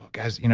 guys, you know